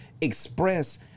express